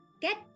get